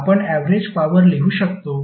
आपण average power लिहू शकतो